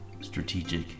strategic